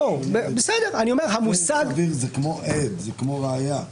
זה כמו עד, זה כמו ראיה.